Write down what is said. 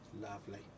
Lovely